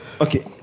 Okay